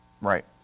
Right